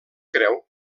creu